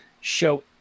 show